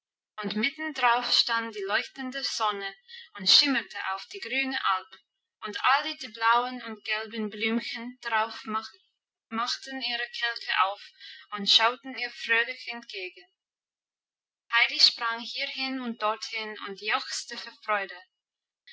und mittendrauf stand die leuchtende sonne und schimmerte auf die grüne alp und alle die blauen und gelben blümchen darauf machten ihre kelche auf und schauten ihr fröhlich entgegen heidi sprang hierhin und dorthin und jauchzte vor freude